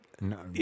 No